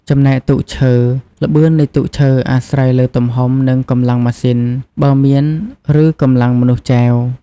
ចំណែកទូកឈើល្បឿននៃទូកឈើអាស្រ័យលើទំហំ និងកម្លាំងម៉ាស៊ីន បើមាន ឬកម្លាំងមនុស្សចែវ ។